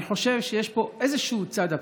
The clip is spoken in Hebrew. אני חושב שיש פה איזשהו צד אבסורדי.